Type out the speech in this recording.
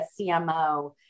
CMO